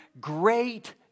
great